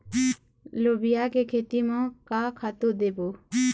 लोबिया के खेती म का खातू देबो?